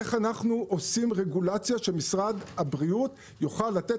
איך אנחנו עושים רגולציה שמשרד הבריאות יוכל לתת